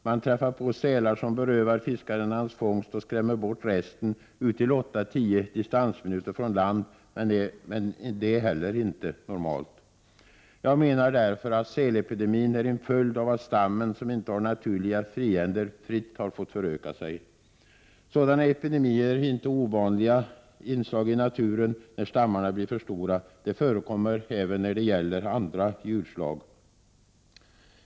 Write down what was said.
Man träffar på sälar som berövar fiskaren hans fångst och skrämmer bort resten ut till 810 distansminuter från land, men det är heller inte normalt. Jag menar därför att sälepidemin är en följd av att stammen, som inte har naturliga fiender, fritt har fått föröka sig. Sådana epidemier är inget ovanligt inslag i naturen när stammarna blir för stora. De förekommer även när det gäller andra djurslag.